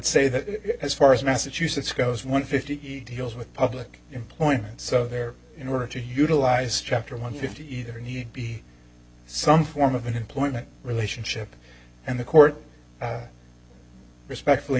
say that as far as massachusetts goes one fifty deals with public employment so there in order to utilize chapter one fifty either need be some form of an employment relationship and the court respectfully